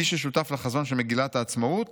מי ששותף לחזון של מגילת העצמאות